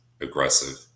aggressive